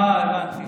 אה, הבנתי.